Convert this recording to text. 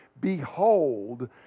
Behold